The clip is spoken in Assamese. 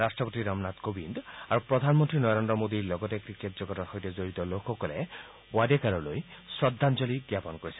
ৰাট্টপতি ৰামনাথ কোবিন্দ আৰু প্ৰধানমন্নী নৰেন্দ্ৰ মোডীৰ লগতে ক্ৰিকেট জগতৰ সৈতে জড়িত লোকসকলে ৱাডেকাৰলৈ শ্ৰদ্ধাঞ্গলি জ্ঞাপন কৰিছে